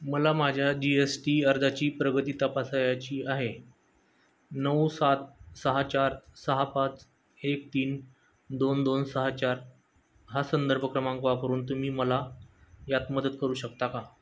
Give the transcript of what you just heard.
मला माझ्या G S T अर्जाची प्रगती तपासायची आहे नऊ सात सहा चार सहा पाच एक तीन दोन दोन सहा चार हा संदर्भ क्रमांक वापरून तुम्ही मला यात मदत करू शकता का